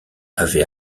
avait